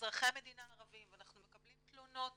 מאזרחי המדינה הערבים ואנחנו מקבלים תלונות